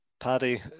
Paddy